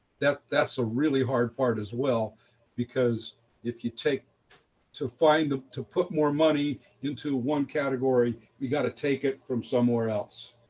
that's that's a really hard part as well because if you take to find to put more money into one category, you got to take it from somewhere else,